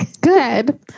good